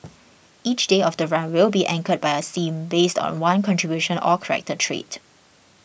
each day of the run will be anchored by a theme based on one contribution or character trait